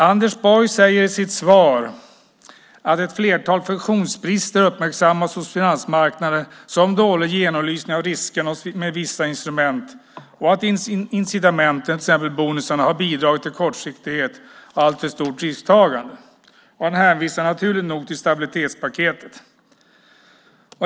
Anders Borg säger i sitt svar att ett flertal funktionsbrister har uppmärksammats hos finansmarknaden, till exempel dålig genomlysning av riskerna med vissa instrument och att incitamenten, exempelvis bonusarna, har bidragit till kortsiktighet och ett alltför stort risktagande. Han hänvisar naturligt nog till stabilitetspaketet.